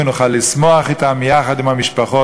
ונוכל לשמוח אתם יחד עם המשפחות,